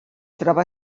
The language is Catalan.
troba